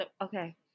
Okay